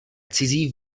cizí